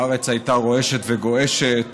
הארץ הייתה רועשת וגועשת,